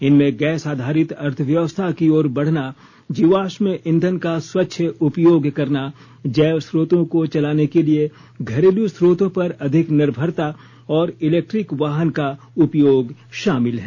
इनमें गैस आधारित अर्थव्यवस्था की ओर बढ़ना जीवाश्म ईंधन का स्वच्छ उपयोग करना जैव स्रोतों को चलाने के लिए घरेलू स्रोतों पर अधिक निर्भरता और इलेक्ट्रिक वाहनों का उपयोग शामिल हैं